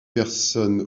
personnes